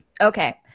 okay